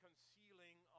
concealing